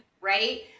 right